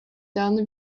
done